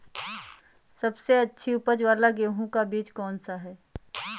सबसे अच्छी उपज वाला गेहूँ का बीज कौन सा है?